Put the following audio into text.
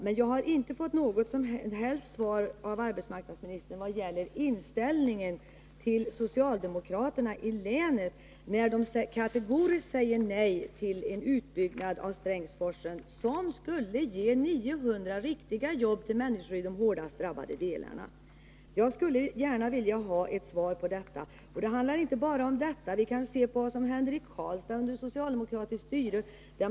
Men jag har inte fått något som helst svar av arbetsmarknadsministern vad gäller inställningen till socialdemokraterna i länet, när de kategoriskt säger nej till en utbyggnad av Strängsforsen som skulle ge 900 ”riktiga” jobb till människor i de hårdast drabbade delarna av länet. Jag skulle gärna vilja ha ett svar på detta. Men det handlar inte bara om den saken. Vi kan se på vad som händer i Karlstad under socialdemokratiskt styre.